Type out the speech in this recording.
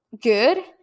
good